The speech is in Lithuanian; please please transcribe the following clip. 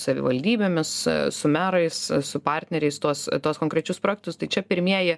savivaldybėmis su merais su partneriais tuos tuos konkrečius projektus tai čia pirmieji